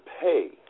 pay